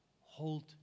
hold